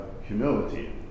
humility